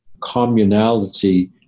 communality